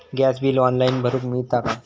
Gas bill online भरुक मिळता काय?